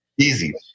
Easy